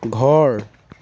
ঘৰ